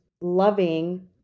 loving